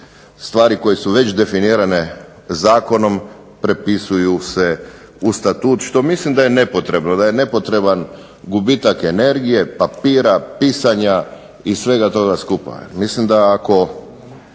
stvari koje su već definirane zakonom prepisuju se u Statut, što mislim da je nepotrebno, da je nepotreban gubitak energije, papira, pisanja i svega toga skupa. Mislim da ako